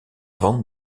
van